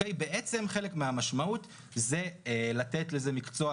חלק מהמשמעות זה לתת לזה מקצוע,